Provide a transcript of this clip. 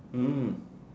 mm